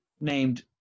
named